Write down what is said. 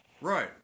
Right